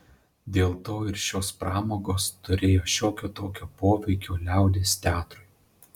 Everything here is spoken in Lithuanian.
dėl to ir šios pramogos turėjo šiokio tokio poveikio liaudies teatrui